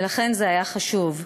ולכן זה היה חשוב.